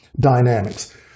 dynamics